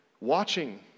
watching